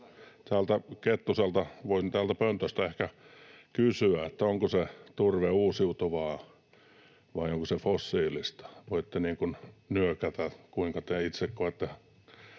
nyt näin täältä pöntöstä Kettuselta kysyä: onko se turve uusiutuvaa vai onko se fossiilista? Voitte nyökätä, kuinka te itse koette